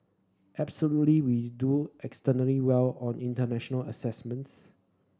absolutely we do extremely well on international assessments